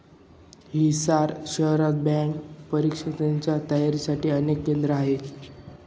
हिसार शहरात बँक परीक्षांच्या तयारीसाठी अनेक केंद्रे आहेत